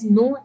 no